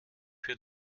für